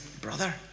brother